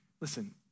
Listen